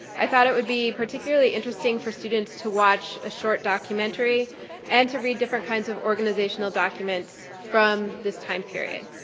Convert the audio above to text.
i thought it would be particularly interesting for students to watch a short documentary and to read different kinds of organizational documents from this time period.